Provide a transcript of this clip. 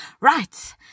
Right